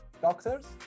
doctors